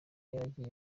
yaragize